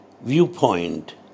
viewpoint